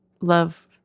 love